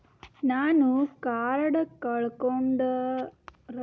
ನಾನು ಕಾರ್ಡ್ ಕಳಕೊಂಡರ ಅವಾಗ ಕಾರ್ಡ್ ಬಂದ್ ಮಾಡಸ್ಲಾಕ ಬರ್ತದೇನ್ರಿ?